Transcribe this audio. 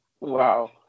Wow